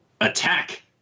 Attack